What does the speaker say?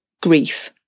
grief